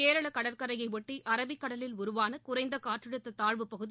கேரள கடற்கரையையொட்டி அரபிக் கடலில் உருவான குறைந்த காற்றழுத்தத் தாழ்வுப் பகுதி